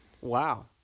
Wow